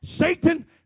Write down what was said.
Satan